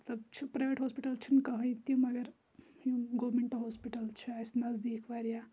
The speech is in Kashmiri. مَطلَب چھُ پرَیویٹ ہاسپِٹَل چھِنہِ کٕہٕنۍ تہِ مَگَر یِم گورمیٚنٹ ہاسپِٹَل چھِ اَسہِ نَزدیک واریاہ